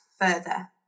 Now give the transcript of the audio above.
further